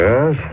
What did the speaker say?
Yes